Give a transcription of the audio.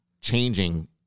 changing